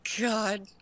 god